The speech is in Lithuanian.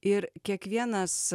ir kiekvienas